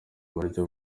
buryo